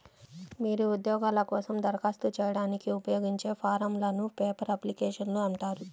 మీరు ఉద్యోగాల కోసం దరఖాస్తు చేయడానికి ఉపయోగించే ఫారమ్లను పేపర్ అప్లికేషన్లు అంటారు